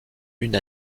une